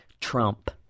trump